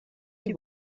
die